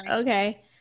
okay